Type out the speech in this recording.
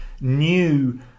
new